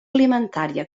alimentària